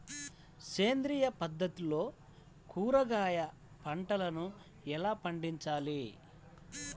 సేంద్రియ పద్ధతుల్లో కూరగాయ పంటలను ఎలా పండించాలి?